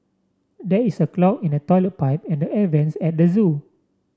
there is a clog in the toilet pipe and the air vents at the zoo